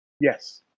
Yes